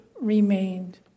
remained